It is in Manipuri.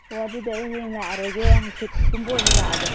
ꯑꯣ ꯑꯗꯨꯗꯤ ꯑꯩ ꯍꯌꯦꯡ ꯂꯥꯛꯑꯔꯣꯏꯒꯦ ꯍꯪꯆꯤꯠꯀꯨꯝꯕ ꯑꯣꯏꯅ ꯂꯥꯛꯑꯒꯦ